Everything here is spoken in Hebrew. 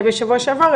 בשבוע שעבר,